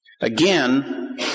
Again